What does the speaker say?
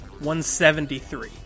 173